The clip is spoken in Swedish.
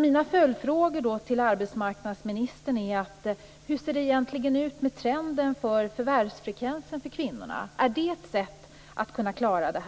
Mina följdfrågor till arbetsmarknadsministern är: Hur ser det egentligen ut med trenden för förvärvsfrekvensen för kvinnorna? Är det ett sätt att klara detta?